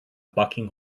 bucking